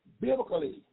biblically